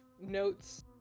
notes